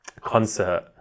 concert